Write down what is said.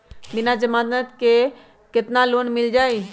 बिना जमानत के केतना लोन मिल जाइ?